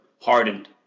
hardened